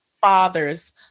father's